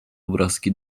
obrazki